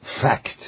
fact